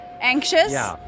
anxious